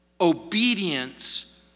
Obedience